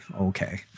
okay